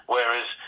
Whereas